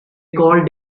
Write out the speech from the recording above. called